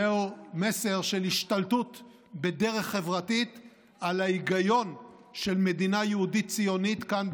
זהו מסר של השתלטות בדרך חברתית על ההיגיון של מדינה יהודית-ציונית כאן,